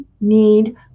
need